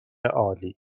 عالی